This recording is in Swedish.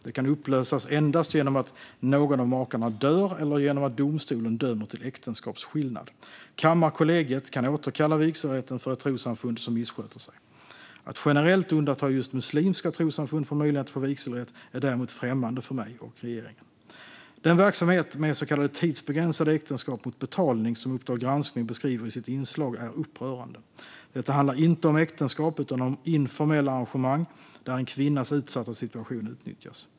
Det kan upplösas endast genom att någon av makarna dör eller genom att domstolen dömer till äktenskapsskillnad. Kammarkollegiet kan återkalla vigselrätten för ett trossamfund som misssköter sig. Att generellt undanta just muslimska trossamfund från möjligheten att få vigselrätt är däremot främmande för mig och regeringen. Den verksamhet med så kallade tidsbegränsade äktenskap mot betalning som Uppdrag granskning beskriver i sitt inslag är upprörande. Detta handlar inte om äktenskap utan om informella arrangemang där en kvinnas utsatta situation utnyttjas.